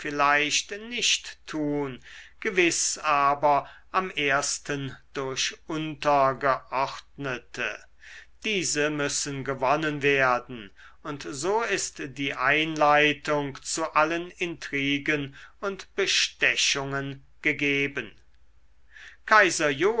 vielleicht nicht tun gewiß aber am ersten durch untergeordnete diese müssen gewonnen werden und so ist die einleitung zu allen intrigen und bestechungen gegeben kaiser